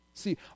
see